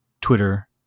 Twitter